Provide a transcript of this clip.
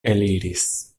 eliris